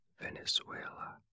Venezuela